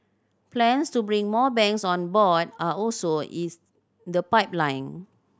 plans to bring more banks on board are also is the pipeline